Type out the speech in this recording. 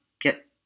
get